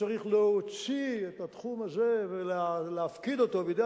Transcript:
שצריך להוציא את התחום הזה ולהפקיד אותו בידי